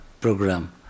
program